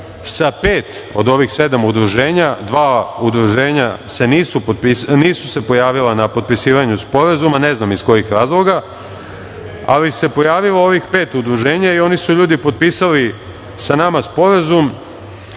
sa pet od ovih sedam udruženja. Dva udruženja se nisu pojavila na potpisivanju sporazuma, ne znam iz kojih razloga, ali se pojavilo ovih pet udruženja i oni su ljudi potpisali sa nama sporazum